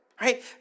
right